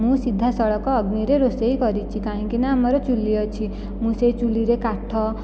ମୁଁ ସିଧା ସଳଖ ଅଗ୍ନିରେ ରୋଷେଇ କରିଛି କାହିଁକିନା ଆମର ଚୁଲି ଅଛି ମୁଁ ସେହି ଚୁଲିରେ କାଠ